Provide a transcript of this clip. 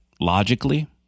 logically